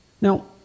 Now